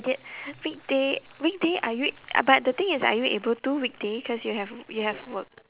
did weekday weekday are you are but the thing is are you able to weekday cause you have you have work